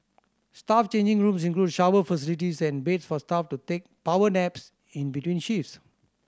staff changing rooms include shower facilities and beds for staff to take power naps in between shifts